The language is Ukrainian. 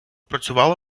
працювала